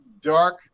dark